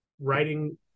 writing